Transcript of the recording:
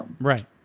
Right